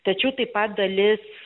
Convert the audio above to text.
tačiau taip pat dalis